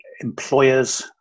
employers